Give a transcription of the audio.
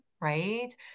right